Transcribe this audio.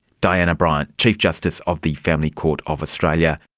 diana bryant, chief justice of the family court of australia.